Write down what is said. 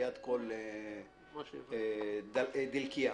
כל דלקיה.